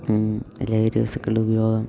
ലഹരി വസ്തുക്കളുടെ ഉപയോഗം